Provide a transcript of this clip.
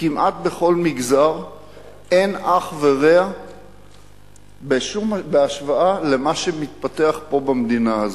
כמעט אין אח ורע בהשוואה למה שמתפתח פה בכל מגזר במדינה הזאת.